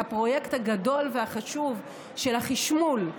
הפרויקט הגדול והחשוב של החשמול,